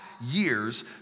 years